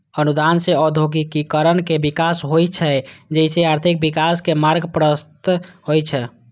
अनुदान सं औद्योगिकीकरण के विकास होइ छै, जइसे आर्थिक विकासक मार्ग प्रशस्त होइ छै